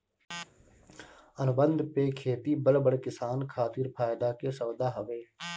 अनुबंध पे खेती बड़ बड़ किसान खातिर फायदा के सौदा हवे